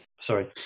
Sorry